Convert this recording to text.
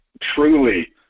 truly